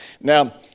Now